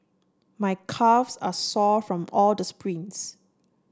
my calves are sore from all the sprints